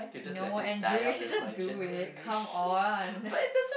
no Andrew you should just do it come on